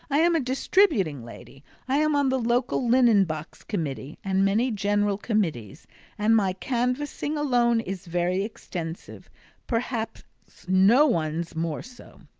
i am a distributing lady i am on the local linen box committee and many general committees and my canvassing alone is very extensive perhaps no one's more so.